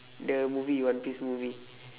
the movie one piece movie